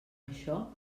això